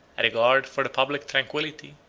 a regard for the public tranquillity,